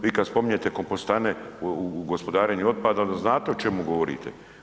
Vi kad spominjete kompostane u gospodarenju otpadom, onda znate o čemu govorite.